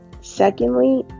Secondly